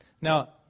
Now